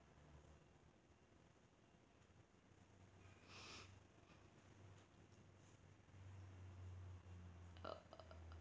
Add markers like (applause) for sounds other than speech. (breath) uh